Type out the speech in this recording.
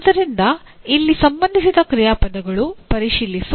ಆದ್ದರಿಂದ ಇಲ್ಲಿ ಸಂಬಂಧಿಸಿದ ಕ್ರಿಯಾಪದಗಳು ಪರಿಶೀಲಿಸು